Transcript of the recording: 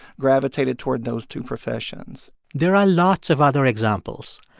gravitated toward those two professions there are lots of other examples.